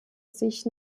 sich